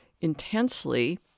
intensely